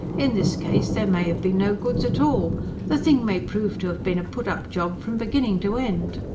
in this case, there may have been no goods at all the thing may prove to have been a put-up job from beginning to end.